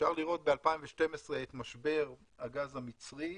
אפשר לראות ב-2012 את משבר הגז המצרי,